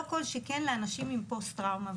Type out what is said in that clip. לא כל שכן לאנשים עם פוסט-טראומה.